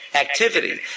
activity